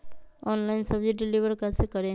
Online सब्जी deliver कैसे करें?